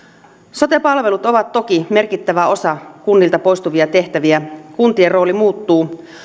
sote palvelut ovat toki merkittävä osa kunnilta poistuvia tehtäviä kuntien rooli muuttuu